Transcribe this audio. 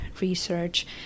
research